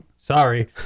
Sorry